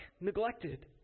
neglected